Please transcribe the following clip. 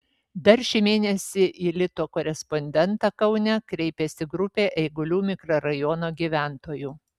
dar šį mėnesį į lito korespondentą kaune kreipėsi grupė eigulių mikrorajono gyventojų